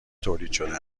تولیدشده